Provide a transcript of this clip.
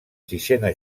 sisena